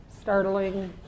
startling